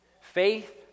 Faith